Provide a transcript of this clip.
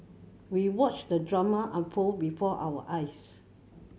we watched the drama unfold before our eyes